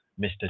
Mr